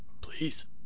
please